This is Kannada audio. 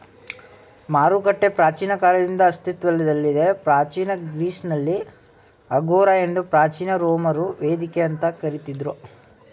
ಮಾರುಕಟ್ಟೆ ಪ್ರಾಚೀನ ಕಾಲದಿಂದ ಅಸ್ತಿತ್ವದಲ್ಲಿದೆ ಪ್ರಾಚೀನ ಗ್ರೀಸ್ನಲ್ಲಿ ಅಗೋರಾ ಎಂದು ಪ್ರಾಚೀನ ರೋಮರು ವೇದಿಕೆ ಅಂತ ಕರಿತಿದ್ರು